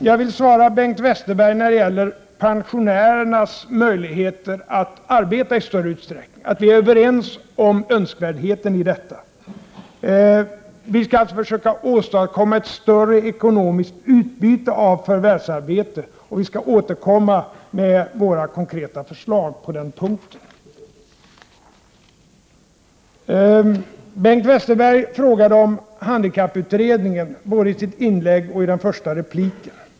Jag vill när det gäller pensionärernas möjigheter att arbeta i större utsträckning svara Bengt Westerberg att vi är överens om önskvärdheten i detta. Vi skall alltså försöka åstadkomma ett större ekonomiskt utbyte av förvärvsarbete, och vi skall återkomma med våra konkreta förslag på den punkten. Bengt Westerberg frågade om handikapputredningen både i sitt inlägg och i den första repliken.